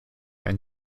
and